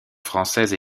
française